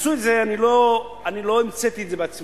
עשו את זה, אני לא המצאתי את זה בעצמי,